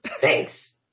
Thanks